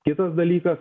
kitas dalykas